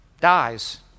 dies